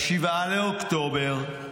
7 באוקטובר,